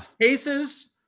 Cases